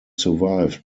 survived